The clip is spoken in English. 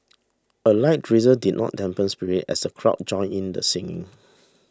a light drizzle did not dampen spirits as the crowd joined in the singing